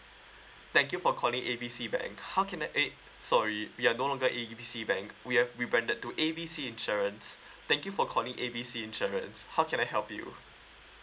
thank you for calling A B C bank how can I eh sorry we are no longer A B C bank we have we branded to A B C insurance thank you for calling A B C insurance how can I help you